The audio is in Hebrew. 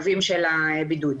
החייבים בבידוד.